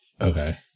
Okay